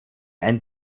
ein